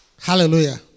Hallelujah